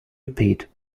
repeat